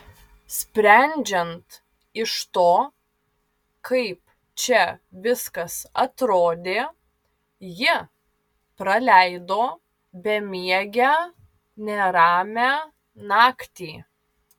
sprendžiant iš to kaip čia viskas atrodė ji praleido bemiegę neramią naktį